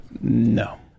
No